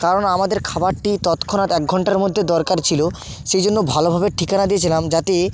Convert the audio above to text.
কারণ আমাদের খাবারটি তৎক্ষণাৎ এক ঘন্টার মধ্যে দরকার ছিল সেই জন্য ভালোভাবে ঠিকানা দিয়েছিলাম যাতে